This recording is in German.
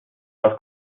auch